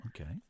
okay